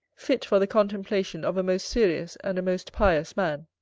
fit for the contemplation of a most serious and a most pious man.